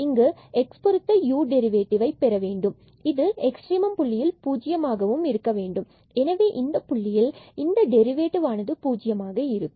இங்கு x பொருத்த u derivative ஐ பெறவேண்டும் மற்றும் இது எக்ஸ்ட்ரிமம் புள்ளியில் பூஜ்ஜியமாக இருக்கவேண்டும் எனவே இந்த புள்ளியில் இந்த டெரிவேட்டிவ் ஆனது பூஜ்யமாக இருக்கும்